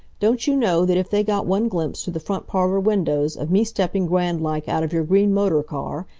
don't you know that if they got one glimpse, through the front parlor windows, of me stepping grand-like out of your green motor car,